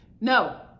no